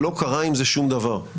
ולא קרה עם זה שום דבר.